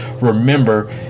remember